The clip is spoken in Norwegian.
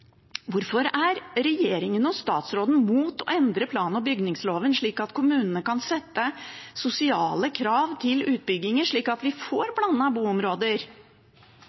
Hvorfor er regjeringen og statsråden imot å endre plan- og bygningsloven slik at kommunene kan stille sosiale krav til utbyggerne, slik at vi får blandede boområder?